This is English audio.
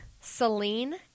Celine